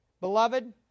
Beloved